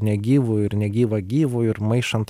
negyvu ir negyvą gyvu ir maišant